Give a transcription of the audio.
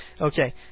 Okay